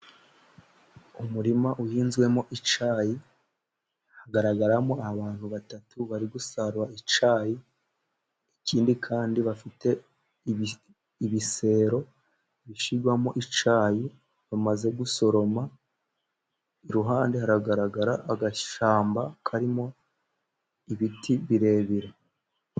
Umurima uhinzwemo icyayi hagaragaramo abantu batatu bari gusarura icyayi, ikindi kandi bafite ibisero bishirwamo icyayi bamaze gusoroma. Iruhande hagaragara agashyamba karimo ibiti birebire.